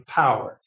power